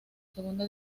segunda